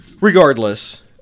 Regardless